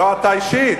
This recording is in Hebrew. לא אתה אישית.